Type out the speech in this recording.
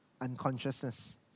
unconsciousness